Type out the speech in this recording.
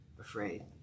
afraid